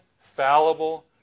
fallible